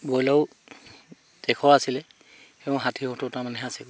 ব্ৰয়লাৰও এশ আছিলে সেই ষাঠি সত্তৰ তাৰমানে আছেগৈ